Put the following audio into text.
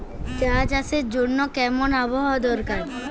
চা চাষের জন্য কেমন আবহাওয়া দরকার?